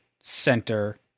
center